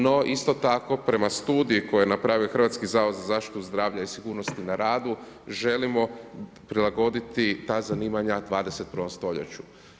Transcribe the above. No, isto tako prema studiju, koji je napravio Hrvatski zavod za zaštitu zdravlja i sigurnosti na radu, želimo prilagoditi ta zanimanja 21. stoljeću.